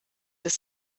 des